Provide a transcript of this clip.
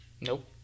nope